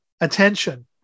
attention